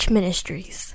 Ministries